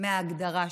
מההגדרה שלך.